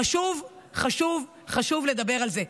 חשוב חשוב חשוב לדבר על זה.